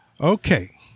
Okay